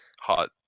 hot